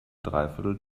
dreiviertel